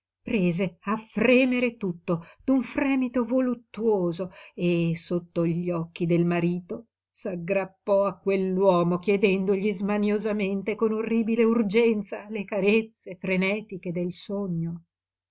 prese a fremere tutto d'un fremito voluttuoso e sotto gli occhi del marito s'aggrappò a quell'uomo chiedendogli smaniosamente con orribile urgenza le carezze frenetiche del sogno